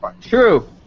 True